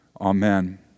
Amen